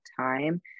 time